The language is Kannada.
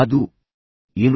ಅದು ಏನು